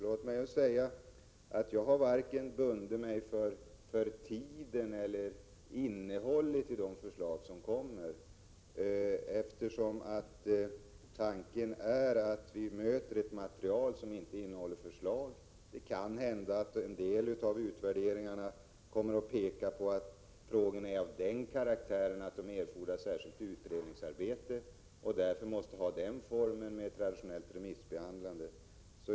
Låt mig säga att jag bundit mig varken tidsmässigt eller för innehållet i de förslag som kommer, eftersom vi ju får ett material som inte innehåller förslag. Det kan hända beträffande en del utvärderingar att frågorna är av den karaktären att de erfordrar särskilt utredningsarbete och därför kräver traditionellt remissbehandlande.